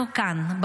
אנחנו כאן,